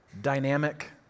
dynamic